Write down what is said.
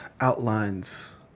outlines